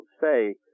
say